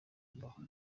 babaho